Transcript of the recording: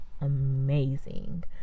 amazing